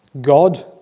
God